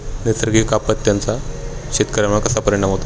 नैसर्गिक आपत्तींचा शेतकऱ्यांवर कसा परिणाम होतो?